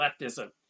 leftism